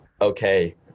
okay